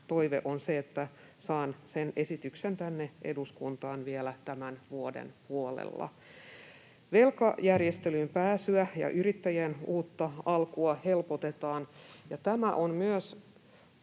toiveeni on, että saan sen esityksen tänne eduskuntaan vielä tämän vuoden puolella. Velkajärjestelyyn pääsyä ja yrittäjän uutta alkua helpotetaan, ja tämä on myös